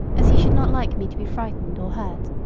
as he should not like me to be frightened or hurt,